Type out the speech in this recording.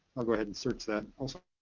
i'll go ahead and search that also,